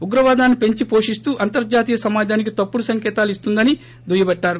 ఉగ్రవాదాన్ని పెంచి వోషిస్తూ అంతర్జాతీయ సమాజానికి తప్పుడు సంకేతాలు ఇస్తోందని దుయ్యబట్టారు